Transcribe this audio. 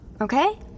Okay